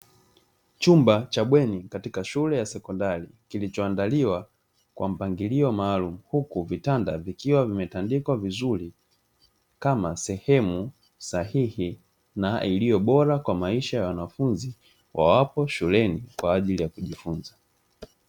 Chumba cha bweni katika shule ya sekondari kilichoandaliwa kwa mpangilio maalumu, huku vitanda vikiwa vimetandikwa vizuri kama sehemu sahihi na iliyobora kwa maisha ya wanafunzi wawapo shuleni kwa ajili ya kujifunza.